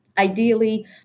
Ideally